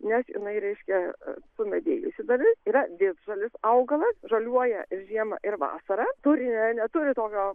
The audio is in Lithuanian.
nes jinai reiškia sumedėjusi dalis yra visžalis augalas žaliuoja ir žiemą ir vasarą turi jinai neturi tokio